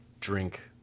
drink